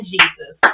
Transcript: Jesus